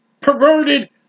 perverted